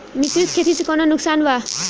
मिश्रित खेती से कौनो नुकसान वा?